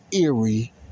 eerie